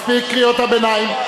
מספיק קריאות הביניים.